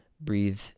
breathe